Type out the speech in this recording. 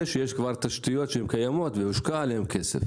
שכבר יש תשתיות קיימות והושקע בהן כסף?